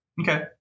Okay